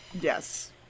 Yes